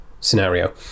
scenario